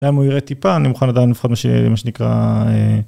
למה הוא יראה טיפה אני מוכן לדעת לפחות מה שנקרא.